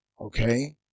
Okay